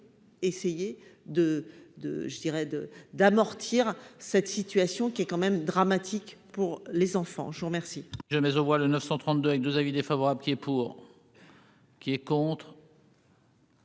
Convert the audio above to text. de d'amortir cette situation qui est quand même dramatique pour les enfants, je vous remercie.